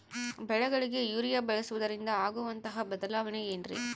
ಬೆಳೆಗಳಿಗೆ ಯೂರಿಯಾ ಬಳಸುವುದರಿಂದ ಆಗುವಂತಹ ಬದಲಾವಣೆ ಏನ್ರಿ?